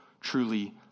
truly